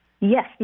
yes